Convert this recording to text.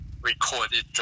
recorded